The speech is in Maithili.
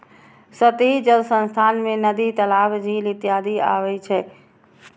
सतही जल संसाधन मे नदी, तालाब, झील इत्यादि अबै छै